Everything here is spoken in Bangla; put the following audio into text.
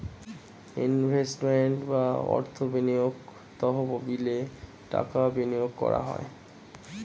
ইনভেস্টমেন্ট বা অর্থ বিনিয়োগ তহবিলে টাকা বিনিয়োগ করা হয়